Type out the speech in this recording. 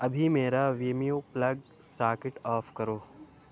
ابھی میرا ویموو پلگ ساکٹ آف کرو